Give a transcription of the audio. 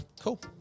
Cool